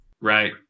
Right